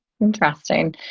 Interesting